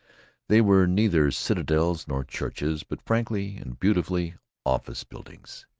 they were neither citadels nor churches, but frankly and beautifully office-buildings.